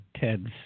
Ted's